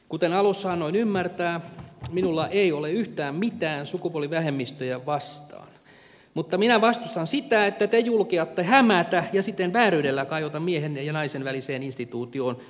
kuten alussa annoin ymmärtää minulla ei ole yhtään mitään sukupuolivähemmistöjä vastaan mutta minä vastustan sitä että te julkeatte hämätä ja siten vääryydellä kajota miehen ja naisen väliseen instituutioon